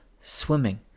swimming